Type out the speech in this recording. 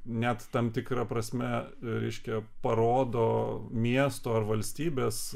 net tam tikra prasme reiškia parodo miesto ar valstybės